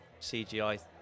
CGI